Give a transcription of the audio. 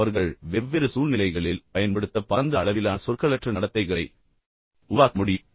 மேலும் அவர்கள் வெவ்வேறு சூழ்நிலைகளில் பயன்படுத்த பரந்த அளவிலான சொற்களற்ற நடத்தைகளை உருவாக்க முடியும்